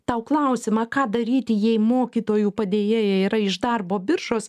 tau klausimą ką daryti jei mokytojų padėjėja yra iš darbo biržos